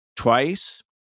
twice